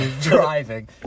driving